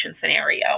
scenario